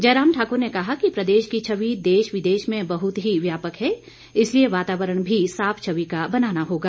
जयराम ठाकुर ने कहा कि प्रदेश की छवि देश विदेश में बहुत ही व्यापक है इसलिए वातावरण भी साफ छबि का बनाना होगा